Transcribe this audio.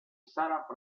sarah